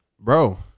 bro